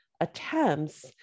attempts